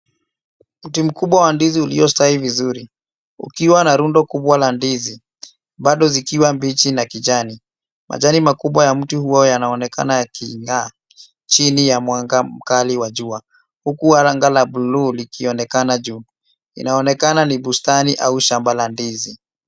Mti mkuwa wa ndizi uliostawi vizuri ukiwa na rundo kubwa la ndizi bado zikiwa mbichi na kijani majani makubwa ya mti huo unaonekana yakingaa chini ya mwanga mkali wa jua huku anga la buluu likionekana juu inaonekana ni bustani au shamba la ndizi